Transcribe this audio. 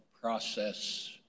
process